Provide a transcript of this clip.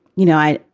you know, i.